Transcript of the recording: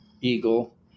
eagle